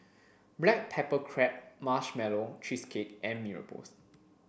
Black Pepper Crab Marshmallow Cheesecake and Mee Rebus